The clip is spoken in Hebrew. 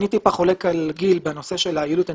אני טיפה חולק על גיל בנושא של היעילות האנרגטית.